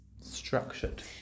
structured